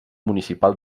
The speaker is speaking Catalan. municipal